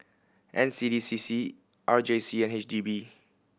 N C D C C R J C and H D B